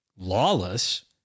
Lawless